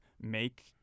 make